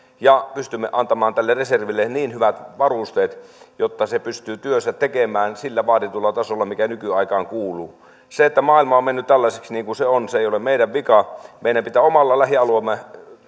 ja pystymme antamaan tälle reserville niin hyvät varusteet että se pystyy työnsä tekemään sillä vaaditulla tasolla mikä nykyaikaan kuuluun se että maailma on mennyt tällaiseksi kuin se on ei ole meidän vika meidän pitää omalla lähialueellamme